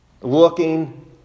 Looking